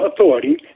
authority